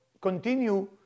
continue